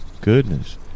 goodness